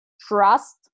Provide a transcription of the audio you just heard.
trust